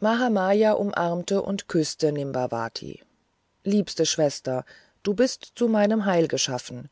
mahamaya umarmte und küßte nimbavati liebste schwester du bist zu meinem heil geschaffen